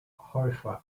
horrified